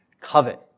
covet